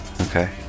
Okay